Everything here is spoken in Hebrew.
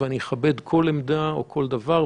ואני אכבד כל עמדה או כל דבר.